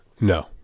No